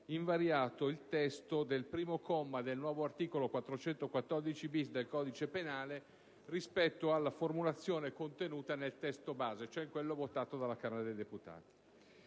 invariato il testo del primo comma del nuovo articolo 414-*bis* del codice penale rispetto alla formulazione contenuta nel testo base, cioè quello votato dalla Camera dei deputati.